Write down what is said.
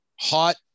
Hot